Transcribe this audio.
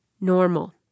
Normal